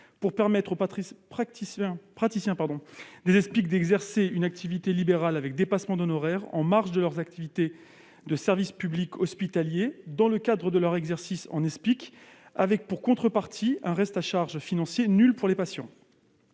pour permettre aux praticiens des Espic d'exercer une activité libérale avec dépassement d'honoraires, en marge de leurs activités de service public hospitalier, dans le cadre de leur exercice en Espic, avec, pour contrepartie, un reste à charge financier nul pour les patients.